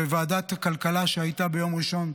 בוועדת הכלכלה שהייתה ביום ראשון,